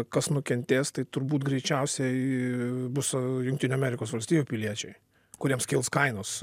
kas nukentės tai turbūt greičiausiai bus jungtinių amerikos valstijų piliečiai kuriems kils kainos